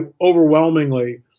overwhelmingly